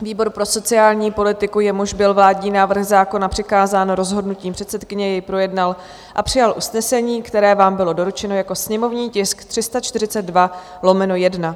Výbor pro sociální politiku, jemuž byl vládní návrh zákona přikázán rozhodnutím předsedkyně, jej projednal a přijal usnesení, které vám bylo doručeno jako sněmovní tisk 342/1.